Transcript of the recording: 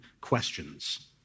questions